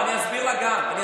לא, אני אסביר גם לה.